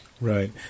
Right